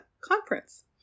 conference